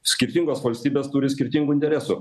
skirtingos valstybės turi skirtingų interesų